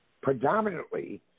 predominantly